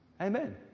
Amen